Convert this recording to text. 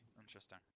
Interesting